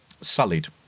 sullied